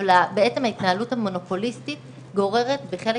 אבל ההתנהלות המונופוליסטית גוררת בחלק